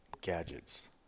gadgets